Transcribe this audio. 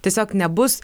tiesiog nebus